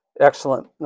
excellent